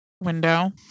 window